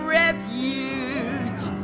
refuge